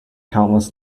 countless